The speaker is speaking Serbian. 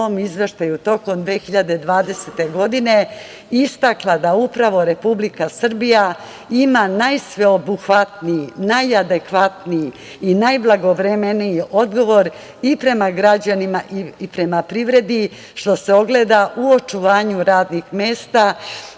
izveštaju tokom 2020. godine istakla da upravo Republika Srbija ima najsveobuhatniji, najadekvatniji i najblagovremeniji odgovori prema građanima i prema privredi, što se ogleda u očuvanju radnih mesta,